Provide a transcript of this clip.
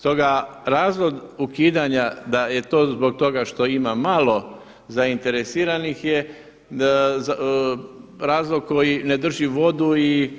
Stoga razlog ukidanja da je to zbog toga što ima malo zainteresiranih je razlog koji ne drži vodu i